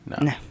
No